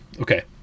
Okay